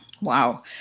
Wow